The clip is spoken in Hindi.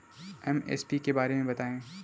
एम.एस.पी के बारे में बतायें?